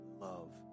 love